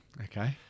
Okay